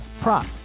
prop